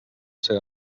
ser